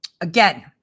again